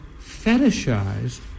fetishized